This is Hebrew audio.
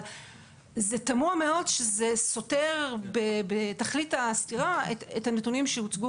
אבל תמוה מאוד שזה סותר בתכלית הסתירה את הנתונים שהוצגו